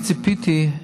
אני ציפיתי,